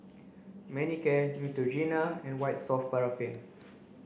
Manicare Neutrogena and White soft paraffin